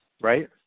right